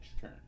turn